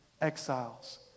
exiles